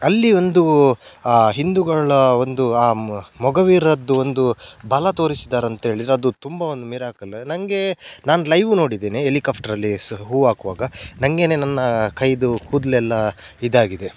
ಅಲ್ಲಿ ಒಂದು ಆ ಹಿಂದೂಗಳ ಒಂದು ಆ ಮೊಗವೀರರದ್ದು ಒಂದು ಬಲ ತೋರಿಸಿದ್ದಾರಂತೇಳಿದ್ರೆ ಅದು ತುಂಬ ಒಂದು ಮಿರಾಕಲ್ಲು ನನಗೆ ನಾನು ಲೈವ್ ನೋಡಿದ್ದೇನೆ ಎಲಿಕಾಫ್ಟ್ರಲ್ಲಿ ಸ ಹೂ ಹಾಕುವಾಗ ನಂಗೆ ನನ್ನ ಕೈದು ಕೂದಲೆಲ್ಲ ಇದಾಗಿದೆ